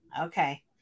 Okay